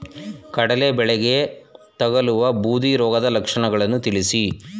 ಕಡಲೆ ಬೆಳೆಗೆ ತಗಲುವ ಬೂದಿ ರೋಗದ ಲಕ್ಷಣಗಳನ್ನು ತಿಳಿಸಿ?